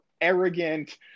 arrogant